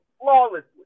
flawlessly